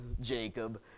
Jacob